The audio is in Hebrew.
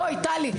בואי טלי,